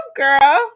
girl